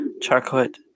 chocolate